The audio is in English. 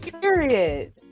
Period